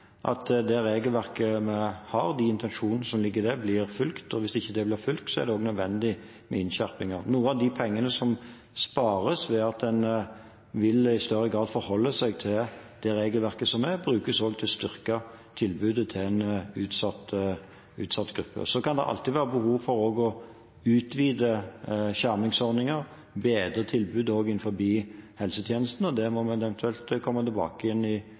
at det regelverket vi har, og de intensjonene som ligger i det, blir fulgt. Hvis ikke det blir fulgt, er det nødvendig med innskjerpinger. Noen av de pengene som spares ved at en i større grad vil forholde seg til det regelverket som er, brukes også til å styrke tilbudet til en utsatt gruppe. Det kan alltid være behov for å utvide skjermingsordninger og bedre tilbudet innenfor helsetjenesten, men det må vi eventuelt komme tilbake til i